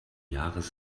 jahres